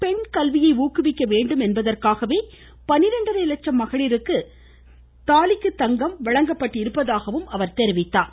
பெண்கல்வியை ஊக்குவிக்க வேண்டும் என்பதற்காகவே பன்னிரெண்டரை லட்சம் மகளிருக்கு தமிழகத்தில் தாலிக்கு தங்கம் வழங்கப்பட்டிருப்பதாக கூறினார்